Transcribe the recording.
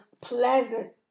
pleasant